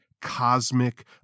cosmic